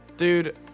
Dude